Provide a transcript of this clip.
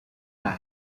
cry